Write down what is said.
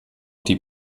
die